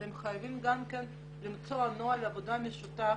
אתם חייבים למצוא נוהל עבודה משותף